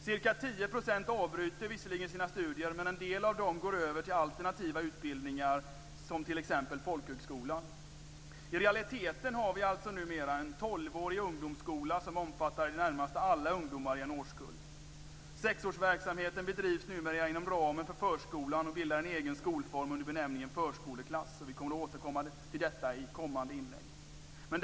Ca 10 % avbryter visserligen sina studier, men en del av dem går över till alternativa utbildningar, som t.ex. folkhögskola. I realiteten har vi alltså numera en tolvårig ungdomsskola som omfattar i det närmaste alla ungdomar i en årskull. Sexårsverksamheten bedrivs numera inom ramen för förskolan och bildar en egen skolform under benämningen förskoleklass. Vi kommer att återkomma till detta i kommande inlägg.